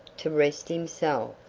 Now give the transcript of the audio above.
to rest himself,